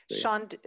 Sean